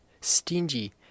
stingy